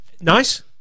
nice